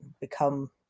become